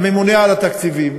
הממונה על התקציבים,